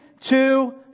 two